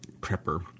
prepper